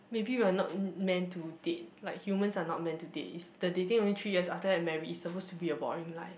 maybe we are not meant to date like humans are not meant to date it's the dating only three years after that marry it's supposed to be a boring life